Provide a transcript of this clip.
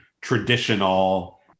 traditional